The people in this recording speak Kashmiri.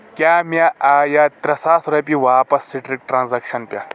کیٛاہ مےٚ آیا ترٛے ساس رۄپیہِ واپس سٹرک ٹرانزیکشن پٮ۪ٹھٕ؟